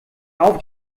auf